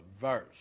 verse